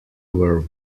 were